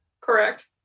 Correct